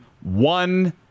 one